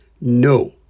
No